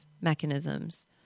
mechanisms